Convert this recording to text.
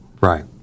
Right